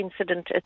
incident